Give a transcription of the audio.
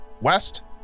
west